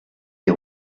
des